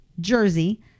Jersey